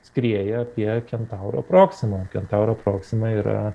skrieja apie kentauro proksimą kentauro proksima yra